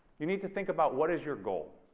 you need to think about what is your goal